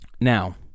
Now